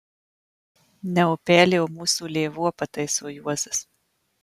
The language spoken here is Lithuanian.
ne upelė o mūsų lėvuo pataiso juozas